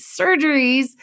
surgeries